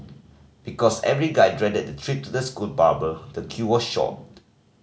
because every guy dreaded the trip to the school barber the queue was short